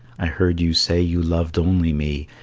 i heard you say you loved only me,